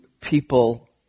people